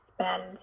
spend